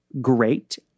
Great